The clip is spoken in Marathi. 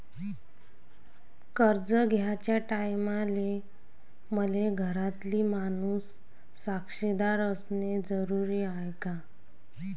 कर्ज घ्याचे टायमाले मले घरातील माणूस साक्षीदार असणे जरुरी हाय का?